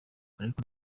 ariko